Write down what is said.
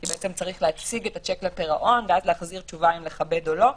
כי בעצם צריך להציג את השיק לפירעון ואז להחזיר תשובה אם לכבד או לא.